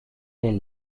les